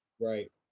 Right